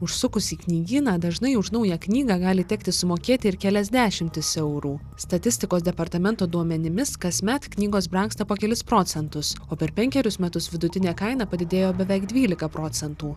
užsukus į knygyną dažnai už naują knygą gali tekti sumokėti ir kelias dešimtis eurų statistikos departamento duomenimis kasmet knygos brangsta po kelis procentus o per penkerius metus vidutinė kaina padidėjo beveik dvylika procentų